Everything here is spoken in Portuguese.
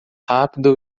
rápido